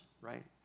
right